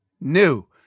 new